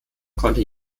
konnte